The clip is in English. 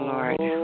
Lord